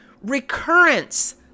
recurrence